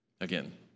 Again